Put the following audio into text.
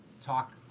talk